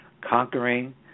Conquering